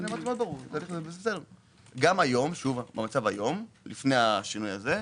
גם היום, לפני השינוי הזה,